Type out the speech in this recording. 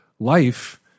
Life